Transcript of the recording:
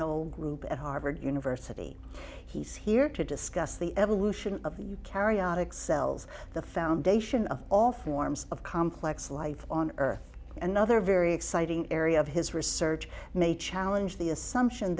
no group at harvard university he's here to discuss the evolution of you carry out excels the foundation of all forms of complex life on earth another very exciting area of his research may challenge the assumption